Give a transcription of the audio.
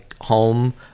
Home